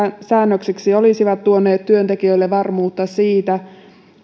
säännöksiksi olisivat tuoneet työntekijöille varmuutta siitä